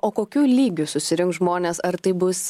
o kokių lygių susirinks žmonės ar tai bus